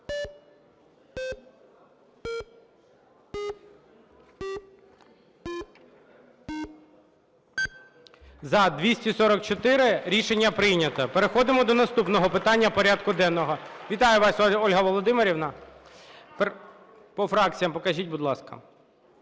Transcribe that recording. За-244 Рішення прийнято. Переходимо до наступного питання порядку денного. Вітаю вас, Ольга Володимирівна. По фракціям, покажіть, будь ласка.